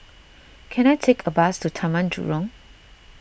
can I take a bus to Taman Jurong